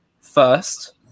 first